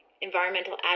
environmental